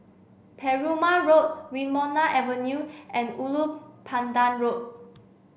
Perumal Road Wilmonar Avenue and Ulu Pandan Road